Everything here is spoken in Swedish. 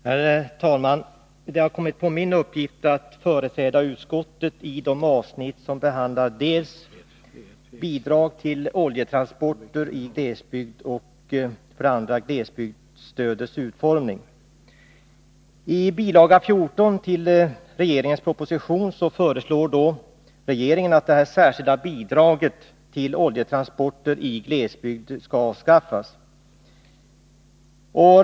Herr talman! Det har blivit min uppgift att företräda utskottet i de avsnitt som behandlar dels bidrag till oljetransporter i glesbygd, dels glesbygdsstödets utformning. I proposition 1982/83:100, bil. 14, föreslår regeringen att det särskilda bidraget till oljetransporter i glesbygd skall avskaffas.